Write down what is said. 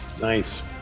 Nice